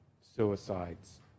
suicides